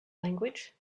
language